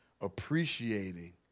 appreciating